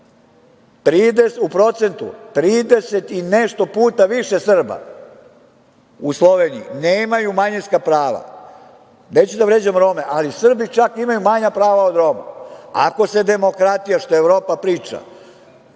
30 i nešto puta više Srba u Sloveniji nema manjinska prava. Neću da vređam Rome, ali Srbi čak imaju manja prava od Roma. Ako se demokratija, što Evropa priča,